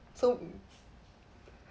so